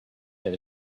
that